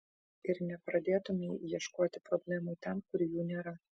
ir nepradėtumei ieškoti problemų ten kur jų nėra